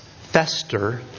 fester